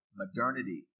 modernity